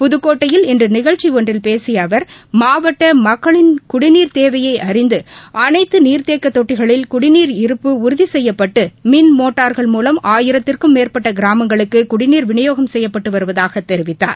புதக்கோட்டையில் இன்று நிகழ்ச்சி ஒன்றில் பேசிய அவர் மாவட்ட மக்களின் குடிநீர் தேவையை அறிந்து அளைத்து நீர்த்தேக்க தொட்டிகளில் குடிநீர் இருப்பு உறுதி செய்யப்பட்டு மின் மோட்டார்கள் மூலம் ஆயிரத்துக்கும் மேற்பட்ட கிராமங்களுக்கு குடிநீர் விநியோகம் செய்யப்பட்டு வருவதாக தெரிவித்தார்